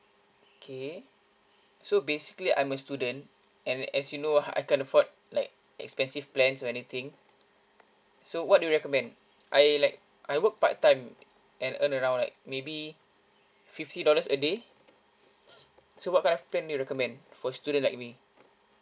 okay so basically I'm a student and as you know I can't afford like expensive plans or anything so what do you recommend I like I work part time and earn around like maybe fifty dollars a day so what kind of plan do you recommend for student like me